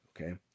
okay